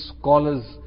scholars